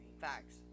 facts